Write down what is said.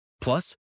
Plus